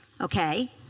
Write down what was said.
okay